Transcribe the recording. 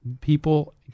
people